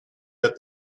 but